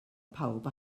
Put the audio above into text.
pawb